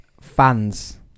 fans